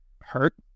hurt